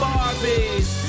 Barbies